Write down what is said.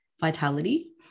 vitality